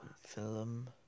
film